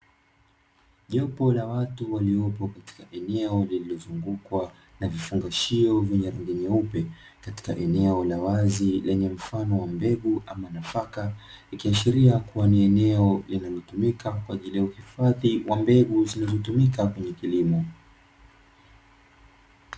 Jopo la watu waliopo katika eneo lililozungukwa na vifungashio venye rangi nyeupe katika eneo la wazi lenye mfano wa mbegu ama nafaka. Ikiashiria kuwa ni eneo linalotumika kwa ajili ya uhifadhi wa mbegu zinazotumika kwenye kilimo.